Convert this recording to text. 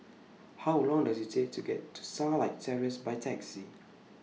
How Long Does IT Take to get to Starlight Terrace By Taxi